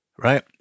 Right